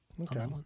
okay